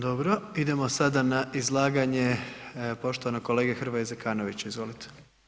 Dobro, idemo sada na izlaganje poštovanog kolege Hrvoja Zekanovića, izvolite.